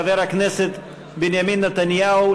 חבר הכנסת בנימין נתניהו,